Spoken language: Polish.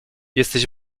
jesteś